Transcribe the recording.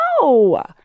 No